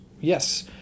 Yes